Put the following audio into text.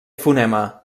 fonema